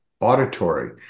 auditory